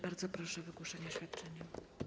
Bardzo proszę o wygłoszenie oświadczenia.